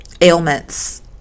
ailments